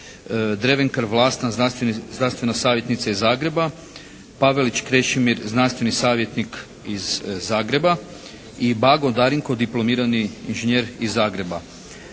Drevenkar Vlasta znanstvena savjetnica iz Zagreba, Pavelić Krešimir znanstveni savjetnik iz Zagreba i Bago Darinko diplomirani inženjer iz Zagreba.